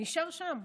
נשאר שם.